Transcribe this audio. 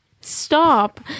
Stop